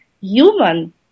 human